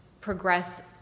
progress